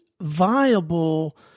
viable